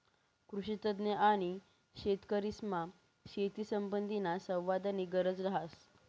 कृषीतज्ञ आणि शेतकरीसमा शेतीसंबंधीना संवादनी गरज रहास